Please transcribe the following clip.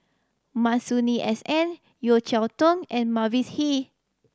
Masuri S N Yeo Cheow Tong and Mavis Hee